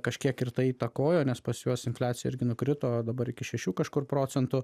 kažkiek ir tai įtakojo nes pas juos infliacija irgi nukrito dabar iki šešių kažkur procentų